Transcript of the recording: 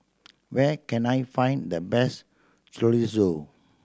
where can I find the best Chorizo